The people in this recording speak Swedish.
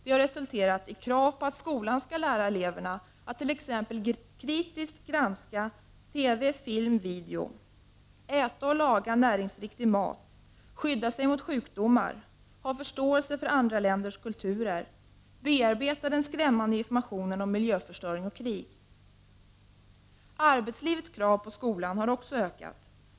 Det har resulterat i krav på att skolan skall lära eleverna t.ex. att kritiskt granska TV, film och video, att äta och laga näringsriktig mat, att skydda sig mot sjukdomar, att ha förståelse för andra länders kulturer och att bearbeta den skrämmande informationen om miljöförstöring och krig. Arbetslivets krav på skolan har ökat.